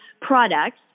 products